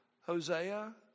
Hosea